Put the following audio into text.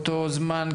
באותו זמן,